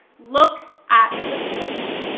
look at the fish.